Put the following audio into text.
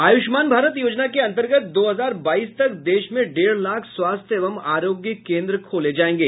आयुष्मान भारत योजना के अंतर्गत दो हजार बाईस तक देश में डेढ़ लाख स्वास्थ्य एवं आरोग्य केन्द्र खोले जाएंगे